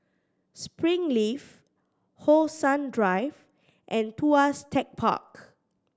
Springleaf How Sun Drive and Tuas Tech Park